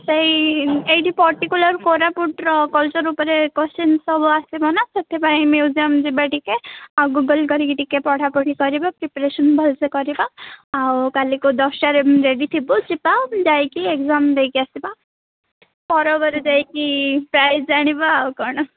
ସେଇ ଏଇଠି ପର୍ଟିକୁଲାର୍ କୋରାପୁଟର କଲଚର୍ ଉପରେ କୋଶ୍ଚିନ୍ ସବୁ ଆସିବନା ସେଥିପାଇଁ ମ୍ୟୁଜିୟମ୍ ଯିବା ଟିକେ ଆଉ ଗୁଗୁଲ୍ କରିକି ଟିକେ ପଢ଼ାପଢ଼ି କରିବା ପ୍ରେପାରେସନ୍ ଭଲସେ କରିବା ଆଉ କାଲିକି ଦଶଟାରେ ରେଡ଼ି ଥିବୁ ଯିବା ଯାଇକି ଏଗ୍ଜାମ୍ ଦେଇକି ଆସିବା ପର୍ବରେ ଯାଇକି ପ୍ରାଇଜ୍ ଆଣିବା ଆଉ କ'ଣ